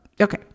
okay